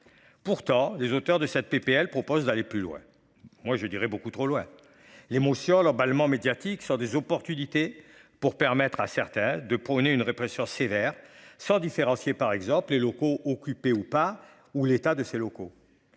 Pourtant les auteurs de cette PPL propose d'aller plus loin. Moi je dirais beaucoup trop loin. L'émotion, l'emballement médiatique sur des opportunités pour permettre à certains de prôner une répression sévère sans différencier par exemple les locaux occupés ou pas ou l'état de ces locaux.